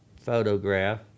photograph